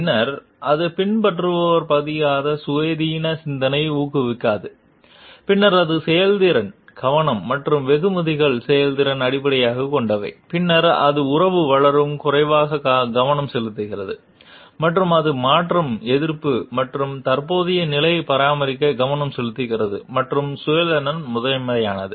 பின்னர் அது பின்பற்றுபவர் பகுதியாக சுயாதீன சிந்தனை ஊக்குவிக்காது பின்னர் அது செயல்திறன் கவனம் மற்றும் வெகுமதிகள் செயல்திறன் அடிப்படையாக கொண்டவை பின்னர் அது உறவு வளரும் குறைவாக கவனம் செலுத்துகிறது மற்றும் அது மாற்றம் எதிர்ப்பு மற்றும் தற்போதைய நிலையை பராமரிக்க கவனம் செலுத்துகிறது மற்றும் சுய நலன் முதன்மையானது